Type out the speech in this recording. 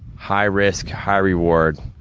high risk, high reward.